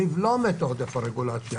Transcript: לבלום את עודף הרגולציה.